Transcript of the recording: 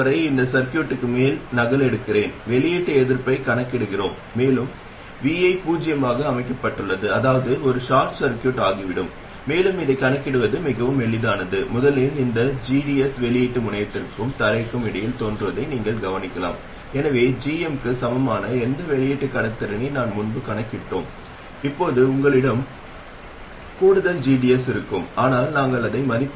எனவே இது உண்மையில் மின்னழுத்தம் கட்டுப்படுத்தப்பட்ட மின்னழுத்தம் மற்றும் மின்தடை சுமையுடன் இது பயன்படுத்தப்படுகிறது சில சமயங்களில் நாம் அதைப் பற்றி விவாதிக்க மாட்டோம் ஆனால் இந்த io சில ஒத்ததிர்வு சுற்றுக்கு அனுப்பப்படுகிறது இது ஒரு அதிர்வு பெருக்கி மற்றும் பலவற்றை உருவாக்குகிறது இது ஒரு டியூன் செய்யப்பட்ட பெருக்கி